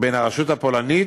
בין הרשות הפולנית,